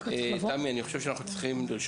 אני חושב שצריך להפנות